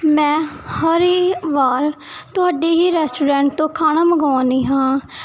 ਮੈਂ ਹਰ ਹੀ ਵਾਰ ਤੁਹਾਡੇ ਹੀ ਰੈਸਟੋਰੈਂਟ ਤੋਂ ਖਾਣਾ ਮੰਗਵਾਉਂਦੀ ਹਾਂ